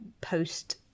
post